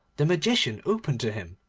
the magician opened to him,